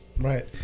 right